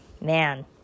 Man